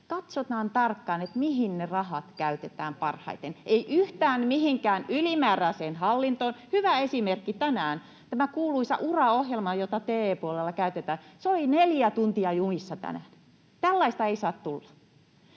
katsotaan tarkkaan, mihin ne rahat käytetään parhaiten — ei yhtään mihinkään ylimääräiseen hallintoon. Hyvä esimerkki tänään on tämä kuuluisa Ura-ohjelma, jota TE-puolella käytetään. Se oli neljä tuntia jumissa tänään. Tällaista ei saa tulla.